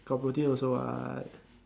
got protein also what